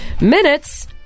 Minutes